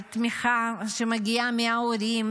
על תמיכה שמגיעה מההורים,